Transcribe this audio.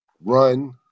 run